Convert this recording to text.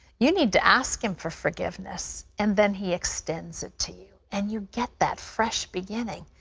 you need to ask him for forgiveness, and then he extends it to you. and you get that fresh beginning.